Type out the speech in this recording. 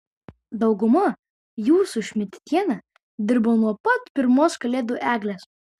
dauguma jų su šmidtiene dirba nuo pat pirmos kalėdų eglės